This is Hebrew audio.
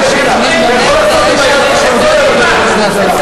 עם היד כמה שאתה רוצה, אבל זאת האמת.